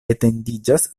etendiĝas